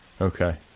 Okay